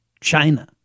China